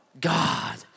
God